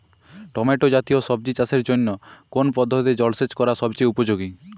Tomato জাতীয় সবজি চাষের জন্য কোন পদ্ধতিতে জলসেচ করা সবচেয়ে উপযোগী?